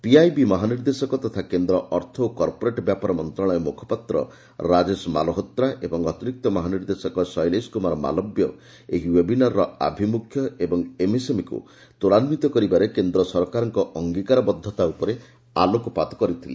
PIB ମହାନିର୍ଦ୍ଦେଶକ ତଥା କେନ୍ଦ୍ର ଅର୍ଥ ଓ କର୍ପୋରେଟ୍ ବ୍ୟାପାର ମନ୍ତ୍ରଣାଳୟ ମୁଖପାତ୍ର ରାଜେଶ ମାଲ୍ହୋତ୍ରା ଏବଂ ଅତିରିକ୍ତ ମହାନିର୍ଦ୍ଦେଶକ ଶୈଳେଶ କୁମାର ମାଲବ୍ୟ ଏହି ଓ୍ୱେବିନାରର ଆଭିମୁଖ୍ୟ ଏବଂ ଏମ୍ଏସ୍ଏମ୍ଇକୁ ତ୍ୱରାନ୍ୱିତ କରିବାରେ କେନ୍ଦ୍ର ସରକାରଙ୍କ ଅଙ୍ଗିକାରବଦ୍ଧତା ଉପରେ ଆଲୋକପାତ କରିଥିଲେ